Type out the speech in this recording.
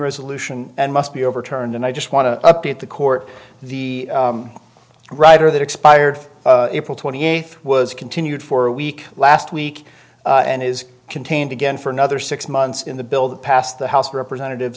resolution and must be overturned and i just want to update the court the writer that expired april twenty eighth was continued for a week last week and is contained again for another six months in the bill that passed the house of representatives